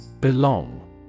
BELONG